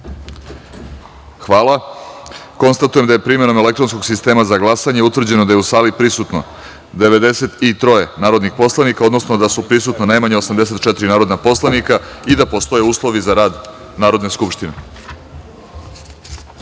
glasanje. Konstatujem da je primenom elektronskog sistema za glasanje utvrđeno da je u sali prisutno 93 narodna poslanika, odnosno da su prisutna najmanje 84 narodna poslanika i da postoje uslovi za rad Narodne skupštine. Prelazimo